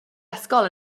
ysgol